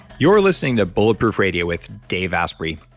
you're listening to bulletproof radio with dave asprey.